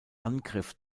angriff